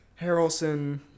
Harrelson